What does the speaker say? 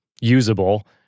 usable